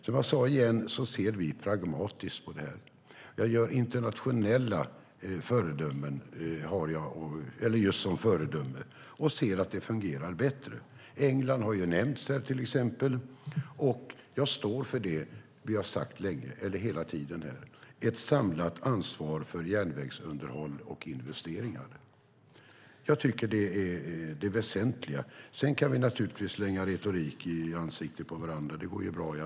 Som jag sagt ser vi pragmatiskt på detta. Jag har internationella föredömen och ser att det fungerar bättre i de länderna. England till exempel har nämnts. Jag står för det vi hela tiden sagt om ett samlat ansvar för järnvägsunderhåll och investeringar. Det är det väsentliga. Sedan kan vi naturligtvis slänga retorik i ansiktet på varandra - det går ju bra.